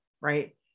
right